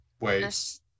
Wait